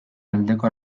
aldeko